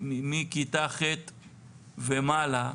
מכיתה ח' ומעלה,